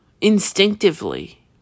instinctively